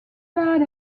lot